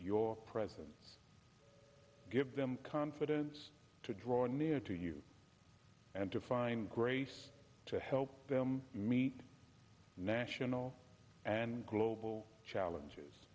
your presence give them confidence to draw near to you and to find grace to help them meet national and global challenges